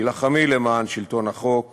הילחמי למען שלטון החוק